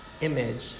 image